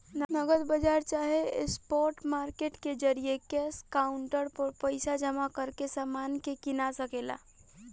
नगद बाजार चाहे स्पॉट मार्केट के जरिये कैश काउंटर पर पइसा जमा करके समान के कीना सके ला